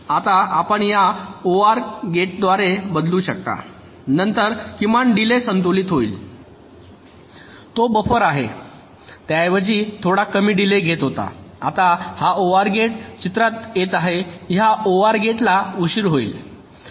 आता आपण या ओआर गेटद्वारे बदलू शकता नंतर किमान डिलेय संतुलित होईल तो बफर आता त्याऐवजी थोडा कमी डिलेय घेत होता आता हा ओआर गेट चित्रात येत आहे ह्या ओआर गेट ला उशीर होईल